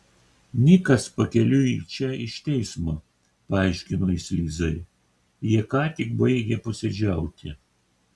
nikas pakeliui į čia iš teismo paaiškino jis lizai jie ką tik baigė posėdžiauti